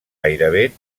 gairebé